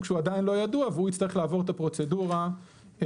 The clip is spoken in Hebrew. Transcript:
שהוא עדיין לא ידוע והוא יצטרך לעבור את הפרוצדורה של